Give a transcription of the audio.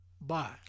bye